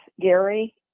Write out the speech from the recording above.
Gary